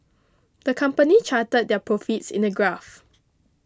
the company charted their profits in a graph